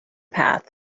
path